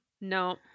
No